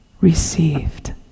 received